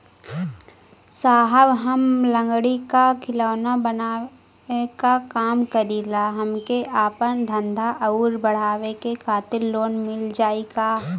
साहब हम लंगड़ी क खिलौना बनावे क काम करी ला हमके आपन धंधा अउर बढ़ावे के खातिर लोन मिल जाई का?